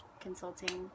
consulting